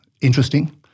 interesting